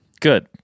Good